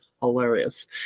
hilarious